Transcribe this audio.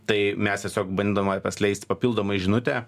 tai mes tiesiog bandome paskleisti papildomai žinutę